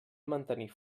mantenir